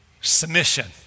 submission